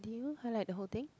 did you highlight the whole thing